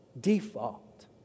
default